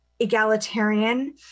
egalitarian